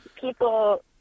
people